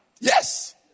Yes